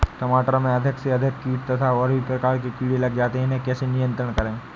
टमाटर में अधिक से अधिक कीट तथा और भी प्रकार के कीड़े लग जाते हैं इन्हें कैसे नियंत्रण करें?